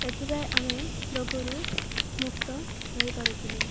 ଏଥିପାଇଁ ଆମେ ରୋଗରୁ ମୁକ୍ତ ରହିପାରୁଥିଲୁ